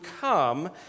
come